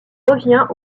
revient